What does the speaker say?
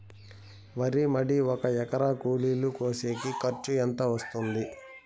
వరి మడి ఒక ఎకరా కూలీలు కోసేకి ఖర్చు ఎంత వస్తుంది?